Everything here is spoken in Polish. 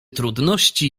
trudności